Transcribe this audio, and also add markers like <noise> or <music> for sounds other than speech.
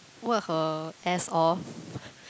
work her ass off <breath>